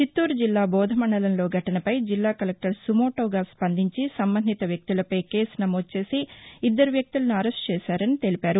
చిత్తూరు జిల్లా బోధ మండలంలో ఘటనపై జిల్లా కలెక్టర్ సుమోటోగా స్పందించి సంబంధిత వ్యక్తులపై కేసు నమోదు చేసి ఇద్దరు వ్యక్తులను అరెస్ట్ చేసారని తెలిపారు